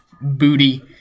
booty